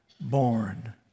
born